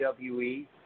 WWE